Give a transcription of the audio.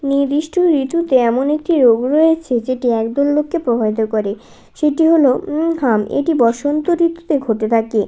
নির্দিষ্ট ঋতুতে এমন একটি রোগ রয়েছে যেটি একদল লোককে প্রভাবিত করে সেটি হলো হাম এটি বসন্ত ঋতুতে ঘটে থাকে